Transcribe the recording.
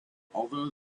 although